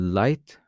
light